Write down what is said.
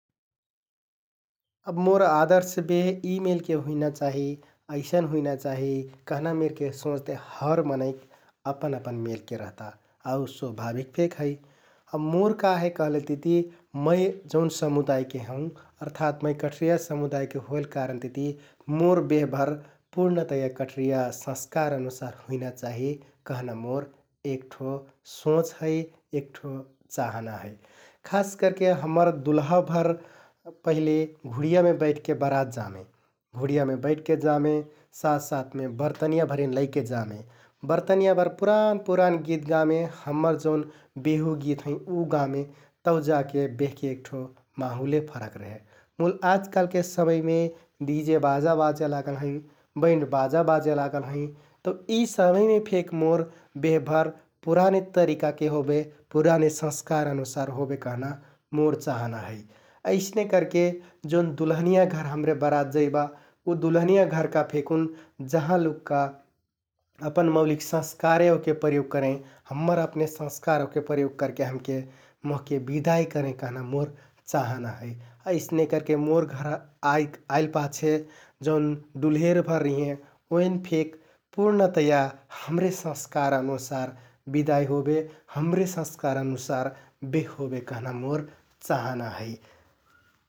अब मोर आदर्श बेह इ मेलके हुइना चाहि, अइसन हुइना चाहि कहना मेरके सोंचते हर मनैंक अपन अपन मेलके रहता आउ स्वभाबिक फेक है । अब मोर का है कहलेतिति मै जौन समुदायके हौं अर्थात मै कठरिया समुदायके होइल कारणतिति मोर बेहभर पुर्णतया कठरिया संस्कार अनुसार हुइना चाहि कहना मोर एक ठो सोंच है, एक ठो चाहाना है । खास करके हम्मर दुल्हाभर पहिले घुडियामे बैठके बरात जामें । घुडियामे बैठके जामें साथ साथमे बरतबियाँभरिन लैके जामें । बरतनियाँभर पुरान पुरान गित गामें, हम्मर जौन बेहु हैं उ गामें तौ जाके बेहके एक ठो माहुले फरक रेहे । मुल आजकालके समयमे डिजे बाजा बाजे लागल हैं, बैन्ड बाजा बाजे लागल हैं । तौ इ समयमे फेक मोर बेहभर पुराने तरिकाके होबे, पुराने संस्कार अनुसार होबे कहना मोर चाहाना है । अइसने करके जोन दुल्हनियाँ घर हमरे बरात जैबा उ दुल्हनियाँ घरका फेकुन जहाँ लुक्का अपन मौलिक संस्कारे ओहके प्रयोग करें । हम्मर अपने संस्कार ओहके प्रयोग करके हमके मोहके बिदाइ करें कहना मोर चाहाना है । अइसने करके मोर घर आइक-आइल पाछे जौन डुल्हेरभर रिहें ओइन फेक पुर्णतया हमरे संस्कार अनुसार बिदाइ होबे, हमरे संस्कार अनुसार बेह होबे कहना मोर चाहाना है ।